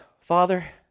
Father